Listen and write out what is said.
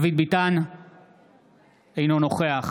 אינו נוכח